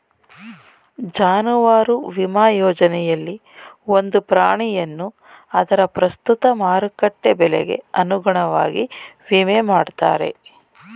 ಜಾನುವಾರು ವಿಮಾ ಯೋಜನೆಯಲ್ಲಿ ಒಂದು ಪ್ರಾಣಿಯನ್ನು ಅದರ ಪ್ರಸ್ತುತ ಮಾರುಕಟ್ಟೆ ಬೆಲೆಗೆ ಅನುಗುಣವಾಗಿ ವಿಮೆ ಮಾಡ್ತಾರೆ